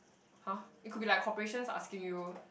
!huh! it could be like corporations asking you